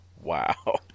Wow